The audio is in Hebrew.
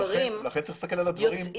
לכן צריך להסתכל על הדברים.